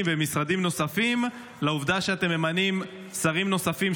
ובמשרדים נוספים לעובדה שאתם ממנים שרים נוספים,